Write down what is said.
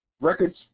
records